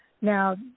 Now